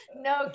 no